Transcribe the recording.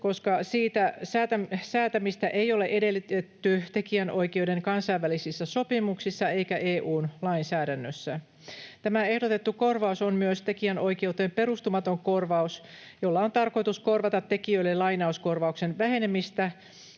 koska siitä säätämistä ei ole edellytetty tekijänoikeuden kansainvälisissä sopimuksissa eikä EU:n lainsäädännössä. Tämä ehdotettu korvaus on myös tekijänoikeuteen perustumaton korvaus, jolla on tarkoitus korvata tekijöille lainauskorvauksen vähenemistä